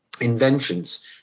inventions